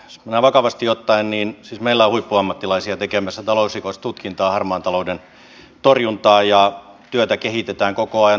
eli näin vakavasti ottaen meillä on huippuammattilaisia tekemässä talousrikostutkintaa harmaan talouden torjuntaa ja työtä kehitetään koko ajan